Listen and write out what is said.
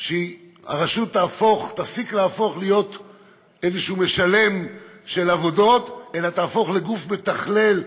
שהרשות תפסיק להיות איזה משלם על עבודות אלא תהפוך לגוף מתכלל,